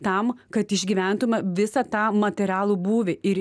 tam kad išgyventume visą tą materialų būvį ir